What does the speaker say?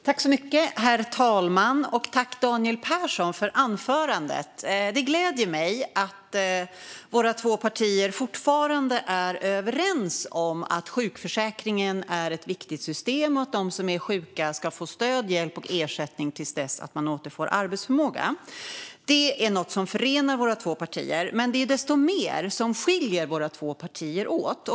Herr talman! Tack för anförandet, Daniel Persson! Det gläder mig att våra två partier fortfarande är överens om att sjukförsäkringen är ett viktigt system och att de som är sjuka ska få stöd, hjälp och ersättning tills man återfår arbetsförmågan. Det är något som förenar våra två partier. Men det är desto mer som skiljer våra två partier åt.